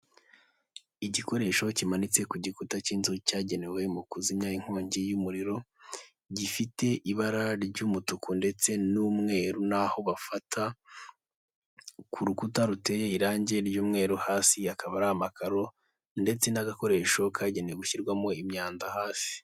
Igikoresho kimanitse ku gikuta cy'inzu cyagenewe mu kuzimya inkongi y'umuriro, gifite ibara ry'umutuku ndetse n'umweru n'aho bafata ku rukuta ruteye irangi ry'umweru, hasi hakaba hari amakaro ndetse n'agakoresho kagenewe gushyirwamo imyanda hasi.